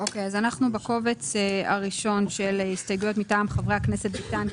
אנחנו בקובץ הראשון של ההסתייגויות מטעם חברי הכנסת ביטן,